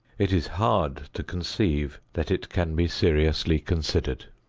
it is hard to conceive that it can be seriously considered.